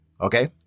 Okay